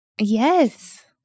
Yes